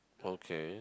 okay